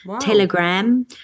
Telegram